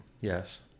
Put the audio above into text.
Yes